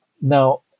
Now